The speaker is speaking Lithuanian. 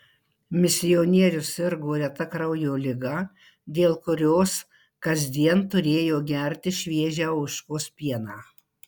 misionierius sirgo reta kraujo liga dėl kurios kasdien turėjo gerti šviežią ožkos pieną